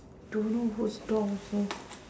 don't know whose door also